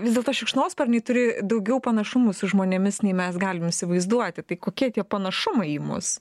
vis dėlto šikšnosparniai turi daugiau panašumų su žmonėmis nei mes galim įsivaizduoti tai kokie tie panašumai į mus